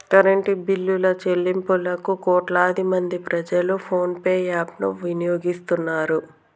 current బిల్లుల చెల్లింపులకు కోట్లాది మంది ప్రజలు ఫోన్ పే యాప్ ను వినియోగిస్తున్నరు